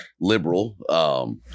liberal